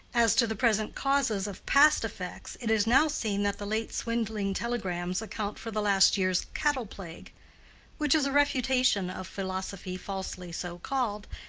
as to the present causes of past effects, it is now seen that the late swindling telegrams account for the last year's cattle plague which is a refutation of philosophy falsely so called,